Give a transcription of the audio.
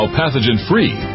pathogen-free